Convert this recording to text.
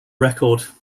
record